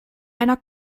einer